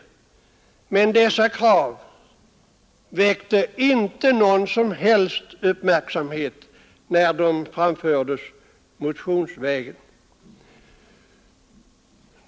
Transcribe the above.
Men detta krav väckte ingen som helst uppmärksamhet, då det framfördes motionsvägen.